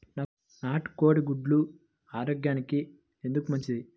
నాటు కోడి గుడ్లు ఆరోగ్యానికి ఎందుకు మంచిది?